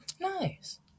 nice